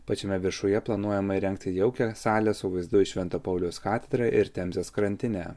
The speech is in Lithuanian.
pačiame viršuje planuojama įrengti jaukią salę su vaizdu į švento pauliaus katedrą ir temzės krantinę